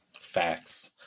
facts